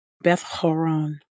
Beth-Horon